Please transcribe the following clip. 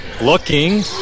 Looking